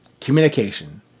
communication